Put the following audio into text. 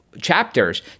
chapters